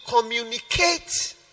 communicate